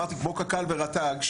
למשל קק"ל ורט"ג,